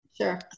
sure